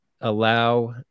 allow